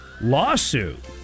Lawsuit